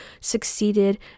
succeeded